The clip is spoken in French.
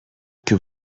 que